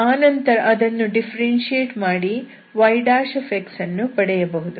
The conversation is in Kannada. ಆನಂತರ ಅದನ್ನು ಡಿಫ್ಫೆರೆನ್ಶಿಯೇಟ್ ಮಾಡಿ y ಅನ್ನು ಪಡೆಯಬಹುದು